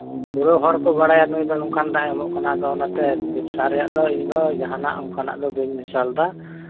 ᱯᱩᱨᱟᱹ ᱦᱚᱲ ᱠᱚ ᱵᱟᱲᱟᱭᱟ ᱱᱩᱭ ᱫᱚ ᱱᱚᱝᱠᱟᱱ ᱫᱟᱜᱼᱮ ᱮᱢᱚᱜ ᱠᱟᱱᱟ ᱟᱫᱚ ᱚᱱᱟᱛᱮ ᱵᱮᱵᱽᱥᱟ ᱨᱮᱭᱟᱜ ᱫᱚ ᱤᱧᱫᱚ ᱡᱟᱦᱟᱱᱟᱜ ᱚᱱᱠᱟ ᱫᱚ ᱵᱟᱹᱧ ᱢᱮᱥᱟᱞ ᱫᱟ